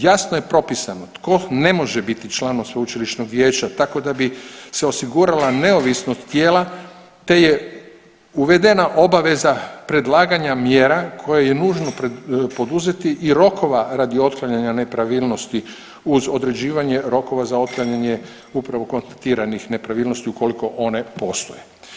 Jasno je propisano tko ne može biti član sveučilišnog vijeća tako da bi se osigurala neovisnost tijela, te je uvedena obaveza predlaganja mjera koje je nužno poduzeti i rokova radi otklanjanja nepravilnosti uz određivanje rokova za otklanjanje upravo konstatiranih nepravilnosti ukoliko one postoje.